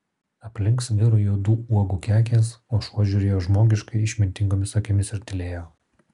aplink sviro juodų uogų kekės o šuo žiūrėjo žmogiškai išmintingomis akimis ir tylėjo